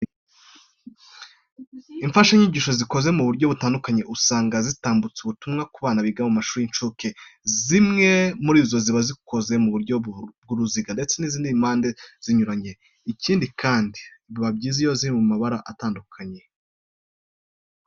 Imfashanyigisho zikoze mu buryo butandukanye, usanga zitambutsa ubutumwa ku bana biga mu mashuri y'incuke. Zimwe muri zo ziba zikoze mu buryo bw'urusiga ndetse n'izindi mpande zinyuranye. Ikindi kandi biba byiza iyo ziri mu mabara atandukanye.